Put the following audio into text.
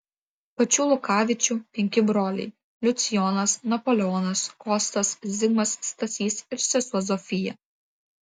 pačių lukavičių penki broliai liucijonas napoleonas kostas zigmas stasys ir sesuo zofija